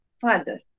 father